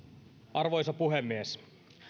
arvoisa puhemies